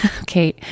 Okay